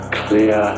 clear